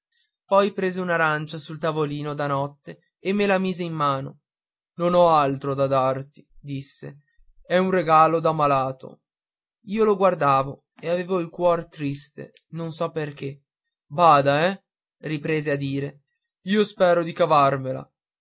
poi prese un'arancia sul tavolino da notte e me la mise in mano non ho altro da darti disse è un regalo da malato io lo guardavo e avevo il cuor triste non so perché bada eh riprese a dire io spero di cavarmela